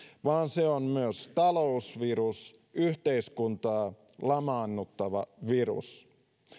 vaan se on myös talousvirus yhteiskuntaa lamaannuttava virus